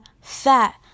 fat